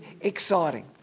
exciting